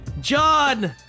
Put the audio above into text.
John